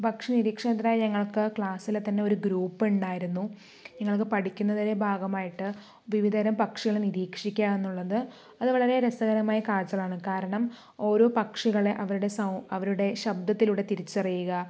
പക്ഷി നിരീക്ഷണത്തിനായി ഞങ്ങൾക്ക് ക്ലാസ്സിലെ തന്നെ ഒരു ഗ്രൂപ്പ് ഉണ്ടായിരുന്നു ഞങ്ങൾക്ക് പഠിക്കുന്നതിൻ്റെ ഭാഗമായിട്ട് വിവിധതരം പക്ഷികളെ നിരീക്ഷിക്കുക എന്നുള്ളത് അത് വളരെ രസകരമായ കാഴ്ചകളാണ് കാരണം ഓരോ പക്ഷികളെ അവരുടെ അവരുടെ ശബ്ദത്തിലൂടെ തിരിച്ചറിയുക